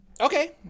Okay